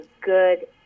good